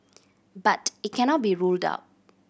but it cannot be ruled out